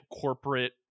corporate